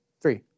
Three